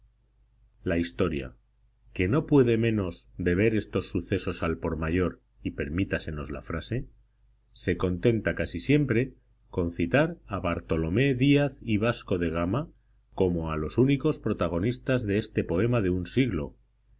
la historia que no puede menos de ver estos sucesos al por mayor y permítasenos la frase se contenta casi siempre con citar a bartolomé díaz y vasco de gama como a los únicos protagonistas de ese poema de un siglo